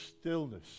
stillness